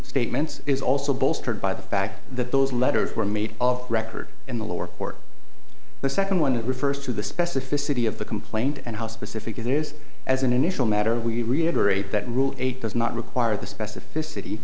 statements is also bolstered by the fact that those letters were made of record in the lower court the second one it refers to the specificity of the complaint and how specific it is as an initial matter we reiterate that rule eight does not require the specificity